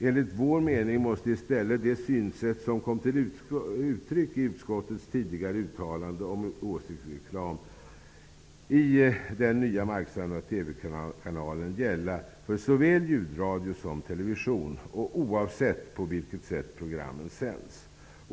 Enligt vår mening måste i stället det synsätt som kom till uttryck i utskottets tidigare uttalande om åsiktsreklam i den nya marksända TV-kanalen gälla för såväl ljudradio som television och oavsett på vilket sätt programmen sänds.